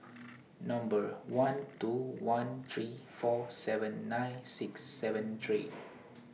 Number one two one three four seven nine six seven three